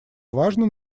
важно